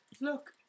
Look